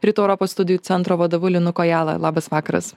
rytų europos studijų centro vadovu linu kojala labas vakaras